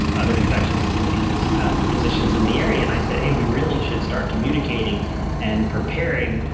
and other infectious disease physicians in the area, and i said, hey, we really should start communicating and preparing.